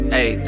Hey